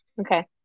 Okay